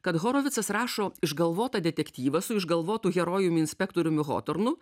kad horovicas rašo išgalvotą detektyvą su išgalvotu herojumi inspektoriumi hotornu